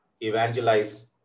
evangelize